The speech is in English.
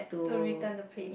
don't return the plate